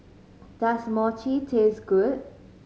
does Mochi taste good